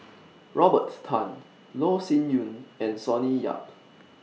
Robert Tan Loh Sin Yun and Sonny Yap